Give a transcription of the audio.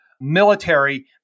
military